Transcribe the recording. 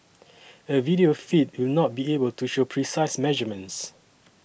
a video feed will not be able to show precise measurements